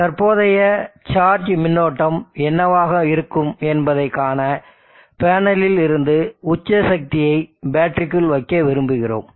தற்போதைய சார்ஜ் மின்னோட்டம் என்னவாக இருக்கும் என்பதை காண பேனலில் இருந்து உச்ச சக்தியை பேட்டரிக்குள் வைக்க விரும்புகிறோம்